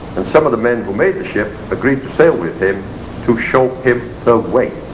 and some of the men who made the ship agreed to sail with him to show him the way.